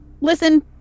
Listen